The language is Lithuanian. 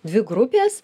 dvi grupės